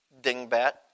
dingbat